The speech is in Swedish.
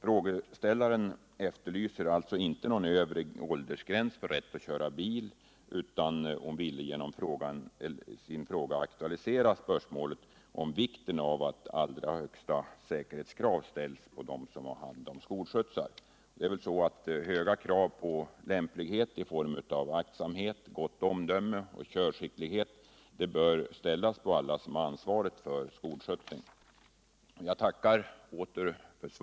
Frågeställaren efterlyser alltså inte någon övre åldersgräns för rätten att köra bil utan ville genom sin fråga endast aktualisera betydelsen av att höga krav på lämplighet i form av aktsamhet, gott omdöme och körskicklighet bör ställas på alla som har ansvaret för skolskjutsning för att säkerheten skall bli så bra som möjligt.